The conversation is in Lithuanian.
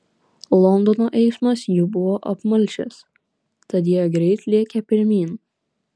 londono eismas jau buvo apmalšęs tad jie greit lėkė pirmyn